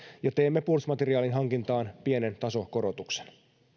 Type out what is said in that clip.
ja teemme puolustusmateriaalin hankintaan pienen tasokorotuksen